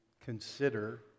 consider